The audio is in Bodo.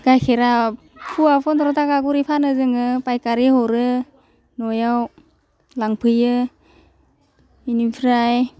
गाइखेरा फवा फन्द्र थाखा खरि फानो जोङो फाइखारि हरो न'याव लांफैयो बिनिफ्राय